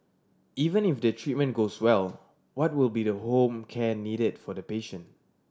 even if the treatment goes well what will be the home care needed for the patient